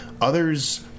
others